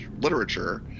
Literature